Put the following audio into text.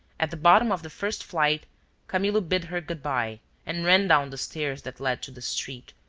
at the bottom of the first flight camillo bid her good-bye and ran down the stairs that led to the street,